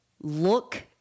look